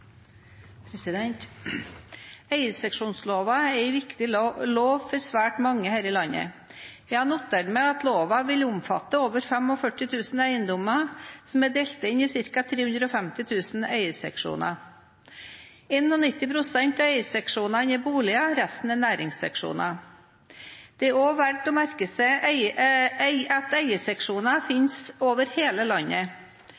grad. Eierseksjonsloven er en viktig lov for svært mange her i landet. Jeg har notert meg at loven vil omfatte over 45 000 eiendommer som er delt inn i ca. 350 000 eierseksjoner. 91 pst. av eierseksjonene er boliger, resten er næringsseksjoner. Det er også verdt å merke seg at eierseksjoner